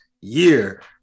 year